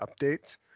updates